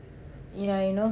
yeah lah you know